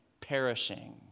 perishing